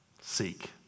Seek